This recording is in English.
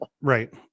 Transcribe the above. Right